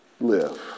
live